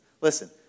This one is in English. listen